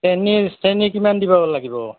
চেনী চেনী কিমান দিব লাগিব